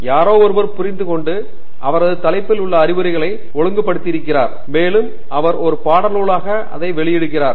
யாரோ ஒருவர் புரிந்துகொண்டு அவரது தலைப்பில் உள்ள அறிவுரைகளை ஒழுங்குபடுத்தியிருக்கிறார் மேலும் அவர் ஒரு பாடநூலாக அதை வெளியிடுகிறார்